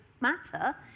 matter